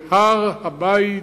בהר-הבית,